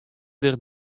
der